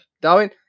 Darwin